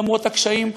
למרות הקשיים,